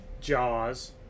Jaws